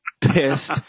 pissed